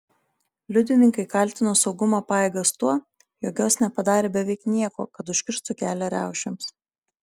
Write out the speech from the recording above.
liudininkai kaltino saugumo pajėgas tuo jog jos nepadarė beveik nieko kad užkirstų kelią riaušėms